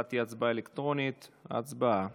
ההצבעה